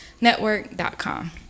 network.com